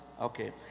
Okay